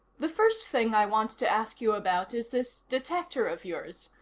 the first thing i want to ask you about is this detector of yours.